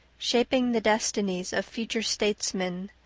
shaping the destinies of future statesmen,